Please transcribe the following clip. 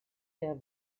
der